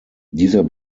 dieser